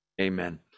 Amen